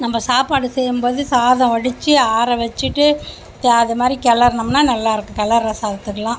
நம்ம சாப்பாடு செய்யும்போது சாதம் வடித்து ஆற வச்சுட்டு த அது மாதிரி கிளறனோம்னா நல்லாயிருக்கும் கிளற்ற சாதத்துக்கெலாம்